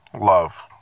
Love